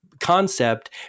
Concept